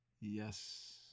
yes